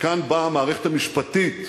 וכאן באה המערכת המשפטית,